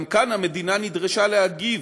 גם כאן המדינה נדרשה להגיב,